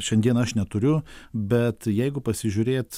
šiandien aš neturiu bet jeigu pasižiūrėt